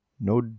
no